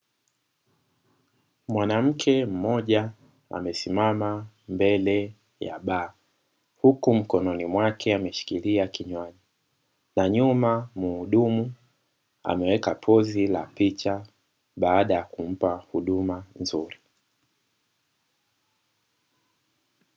Mwanamke mmoja amesimama mbele ya baa, huku mkononi mwake ameshikilia kinywaji na nyuma muhudumu ameweka pozi la picha baada ya kumpa huduma nzuri.